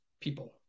people